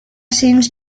seems